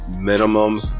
minimum